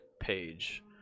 page